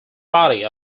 body